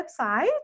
website